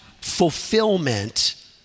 fulfillment